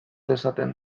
dezaten